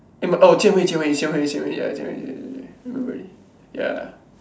eh but oh Jian-Hui Jian-Hui is Jian-Hui ya Jian-Hui remember already ya